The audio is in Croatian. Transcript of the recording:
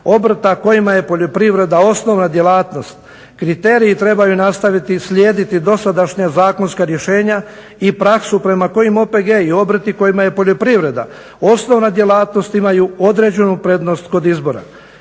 obrta kojima je poljoprivreda osnovna djelatnost. Kriteriji trebaju nastaviti slijediti dosadašnja zakonska rješenja i praksu prema kojim OPG-i i obrti kojima je poljoprivreda osnovna djelatnost imaju određenu prednost kod izbora.